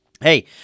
Hey